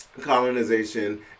colonization